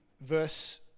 verse